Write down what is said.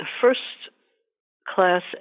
first-class